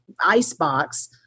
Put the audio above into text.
icebox